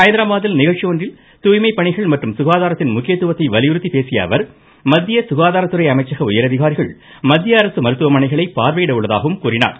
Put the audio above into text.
ஐதராபாதில் நிகழ்ச்சி ஒன்றில் தூய்மைப் பணிகள் மற்றும் சுகாதாரத்தின் முக்கியத்துவத்தை வலியுறுத்திப் பேசியஅவர் மத்திய சுகாதாரத்துறை அமைச்சக உயரதிகாரிகள் மத்திய அரசு மருத்துவமனைகளை பார்வையிட உள்ளதாகவும் கூறினார்